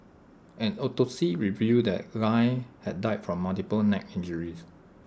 an autopsy revealed that lie had died from multiple neck injuries